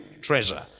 treasure